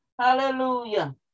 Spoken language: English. Hallelujah